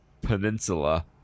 Peninsula